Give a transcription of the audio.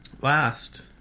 Last